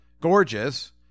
gorgeous